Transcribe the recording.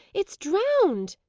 it's drowned!